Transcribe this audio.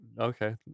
okay